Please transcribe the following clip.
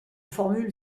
formule